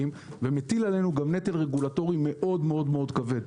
ומטיל עלינו נטל רגולטורי מאוד מאוד כבד,